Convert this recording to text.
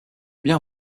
bien